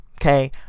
okay